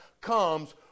comes